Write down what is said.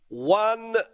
One